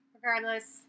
Regardless